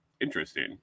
Interesting